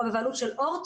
או בבעלות של אורט,